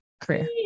career